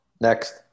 Next